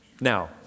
Now